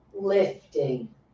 lifting